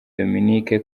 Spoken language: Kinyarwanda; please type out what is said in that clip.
dominique